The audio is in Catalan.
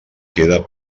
queda